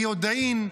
ביודעין,